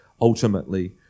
ultimately